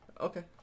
Okay